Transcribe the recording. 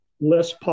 less